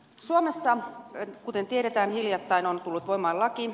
suomessa kuten tiedetään hiljattain on tullut voimaan laki